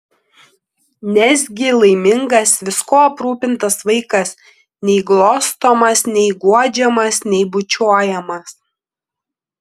nesgi laimingas viskuo aprūpintas vaikas nei glostomas nei guodžiamas nei bučiuojamas